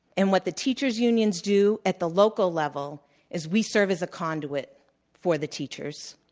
and what the teachers' unions do at the local level is we serve as a conduit for the teachers.